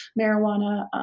marijuana